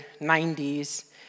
90s